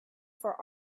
for